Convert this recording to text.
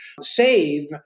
save